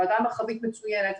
ועדה מרחבית מצוינת.